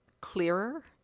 clearer